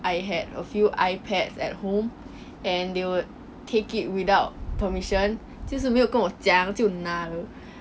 I had a few iPads at home and they would take it without permission 就是没有跟我讲就拿